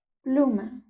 pluma